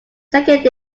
second